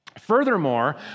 Furthermore